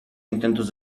intentos